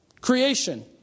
Creation